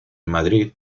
madrid